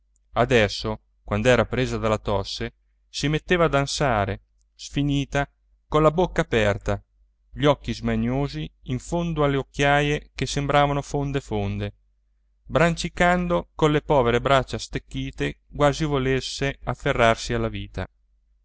adesso quand'era presa dalla tosse si metteva ad ansare sfinita colla bocca aperta gli occhi smaniosi in fondo alle occhiaie che sembravano fonde fonde brancicando colle povere braccia stecchite quasi volesse afferrarsi alla vita